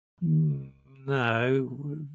no